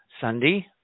Sunday